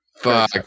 fuck